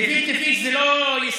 גפילטע פיש זה לא ישראלי.